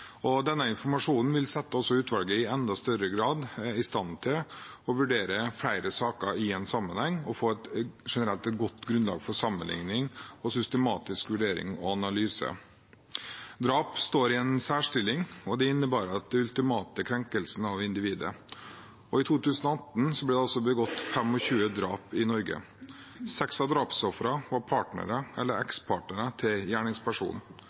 og få et generelt godt grunnlag for sammenligning, systematisk vurdering og analyse. Drap står i en særstilling, og det innebærer den ultimate krenkelse av individet. I 2018 ble det begått 25 drap i Norge. Seks av drapsofrene var partnere eller ekspartnere til